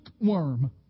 worm